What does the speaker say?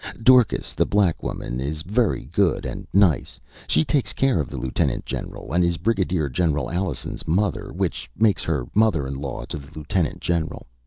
dorcas, the black woman, is very good and nice she takes care of the lieutenant-general, and is brigadier-general alison's mother, which makes her mother-in-law to the lieutenant-general.